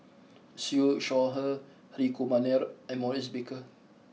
Siew Shaw Her Hri Kumar Nair and Maurice Baker